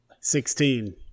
Sixteen